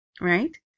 right